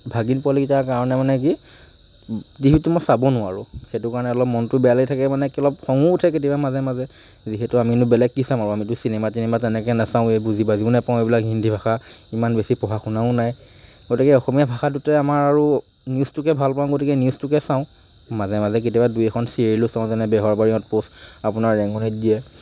ভাগিন পোৱালিকেইটাৰ কাৰণে মানে কি টিভিটো মই চাব নোৱাৰোঁ সেইটো কাৰণে অলপ মনটো অলপ বেয়া লাগি থাকে মানে খঙো উঠে কেতিয়াবা মাজে মাজে যিহেতু আমিনো বেলেগ কি চাম আৰু আমিতো চিনেমা টিনেমা তেনেকৈ নেচাওৱেই বুজি বাজিও নাপাওঁ এইবিলাক হিন্দী ভাষা ইমান বেছি পঢ়া শুনাও নাই গতিকে অসমীয়া ভাষাটোতে আমাৰ আৰু নিউজটোকে ভাল পাওঁ আৰু নিউজটোকে চাওঁ মাজে মাজে কেতিয়াবা দুই এখন চিৰিয়েলো চাওঁ মানে বেহাৰবাৰী আউট পষ্ট আপোনাৰ ৰেঙণিত দিয়ে